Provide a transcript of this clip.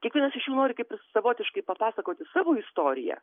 kiekvienas iš jų nori kaip ir savotiškai papasakoti savo istoriją